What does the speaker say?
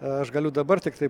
aš galiu dabar tiktai